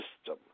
system